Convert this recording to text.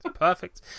perfect